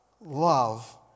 love